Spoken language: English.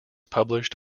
published